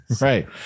Right